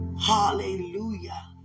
Hallelujah